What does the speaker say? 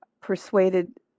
persuaded